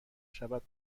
شود